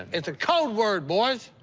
it's a code word, boys!